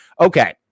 Okay